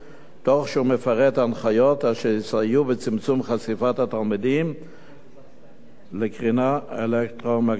ומפרט הנחיות אשר יסייעו בצמצום חשיפת התלמידים לקרינה אלקטרומגנטית.